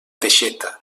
teixeta